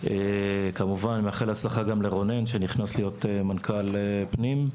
כמובן מאחל הצלחה לרונן שנכנס להיות מנכ"ל פנים,